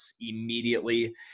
immediately